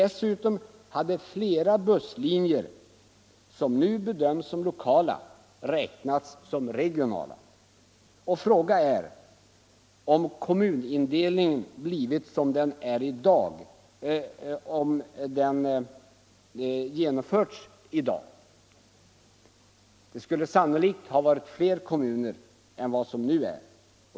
Dessutom hade flera busslinjer som nu bedöms som lokala linjer räknats som regionala. Frågan är också om kommunindelningen hade blivit sådan som den nu är, om den hade genomförts i dag. Då skulle det säkerligen ha stannat vid fler kommuner än vi har nu.